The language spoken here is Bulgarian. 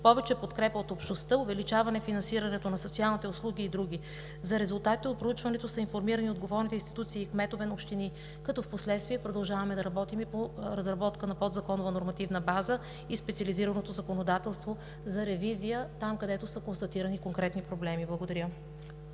повече подкрепа от общността, увеличаване финансирането на социалните услуги и други. За резултатите от проучването са информирани отговорните институции и кметове на общини, като впоследствие продължаваме да работим и по разработка на подзаконова нормативна база и специализираното законодателство за ревизия там, където са констатирани конкретни проблеми. Благодаря.